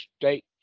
state